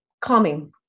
calming